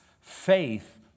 Faith